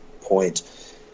point